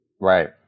right